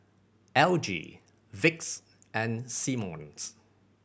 L G Vicks and Simmons